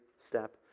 step